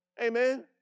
amen